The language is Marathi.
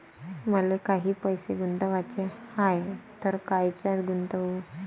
मले काही पैसे गुंतवाचे हाय तर कायच्यात गुंतवू?